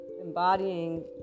embodying